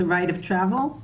תשחררו מפה את הבעל,